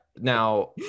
Now